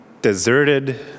deserted